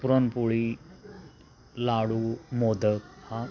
पुरणपोळी लाडू मोदक हा